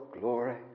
glory